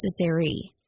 necessary